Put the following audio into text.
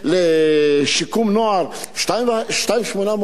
לשיקום נוער 2.8 מיליון.